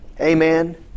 Amen